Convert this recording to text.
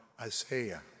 Isaiah